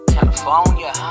California